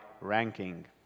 ranking